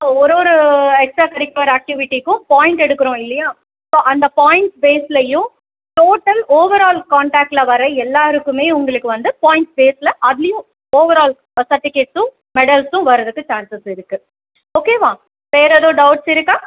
so ஒரு ஒரு extra curricular ஆக்டிவிட்டிக்கும் பாய்ண்ட் எடுக்குறோம் இல்லையா ஸோ அந்த பாய்ண்ட்ஸ் பேஸ்லேயும் டோட்டல் ஓவரால் காண்டாக்ட்டில் வர எல்லாருக்குமே உங்களுக்கு வந்து பாய்ண்ட்ஸ் பேஸ்ஸில் அதுலேயும் ஓவரால் சர்ட்டிவிகேட்ஸும் மெடல்ஸும் வரதுக்கு சான்சஸ் இருக்குது ஓகேவா வேறு எதுவும் டவுட்ஸ் இருக்கா